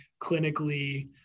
clinically